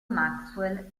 maxwell